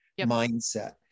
mindset